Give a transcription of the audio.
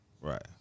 right